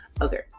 okay